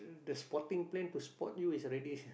the spotting plane to spot you is already